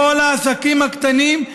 לכל העסקים הקטנים,